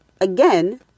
again